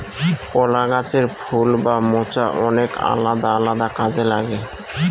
কলা গাছের ফুল বা মোচা অনেক আলাদা আলাদা কাজে লাগে